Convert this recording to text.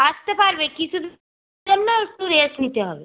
আসতে পারবে কিছু দিনের জন্য একটু রেস্ট নিতে হবে